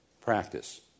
practice